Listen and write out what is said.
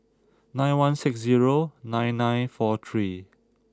nine one six zero nine nine four three